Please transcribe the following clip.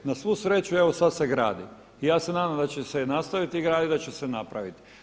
Na svu sreću evo sada se gradi i ja se nadam da će se nastaviti graditi, da će se napraviti.